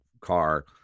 car